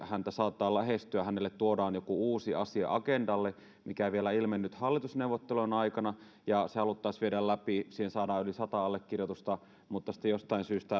saatetaan lähestyä hänelle tuodaan agendalle joku uusi asia joka ei vielä ilmennyt hallitusneuvottelujen aikana ja se haluttaisiin viedä läpi ja siihen saadaan yli sata allekirjoitusta mutta sitten jostain syystä